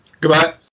Goodbye